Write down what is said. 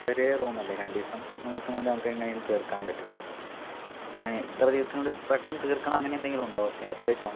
ചെറിയ റൂമ് അല്ലേ രണ്ട് ദിവസം മൂന്ന് ദിവസം കൊണ്ട് നമുക്ക് എങ്ങനെയും തീർക്കാൻ പറ്റും പിന്നെ ഇത്ര ദിവസത്തിന് ഉള്ള് പെട്ടെന്ന് തീർക്കണം അങ്ങനെ എന്തെങ്കിലും ഉണ്ടോ അത്രയും അത്യാവശ്യം ആണോ